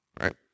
right